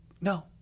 No